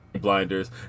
Blinders